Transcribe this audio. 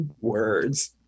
words